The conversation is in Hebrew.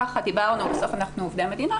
בסוף אנחנו עובדי מדינה,